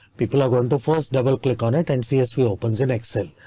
people are going to first double click on it, and csv opens in excel.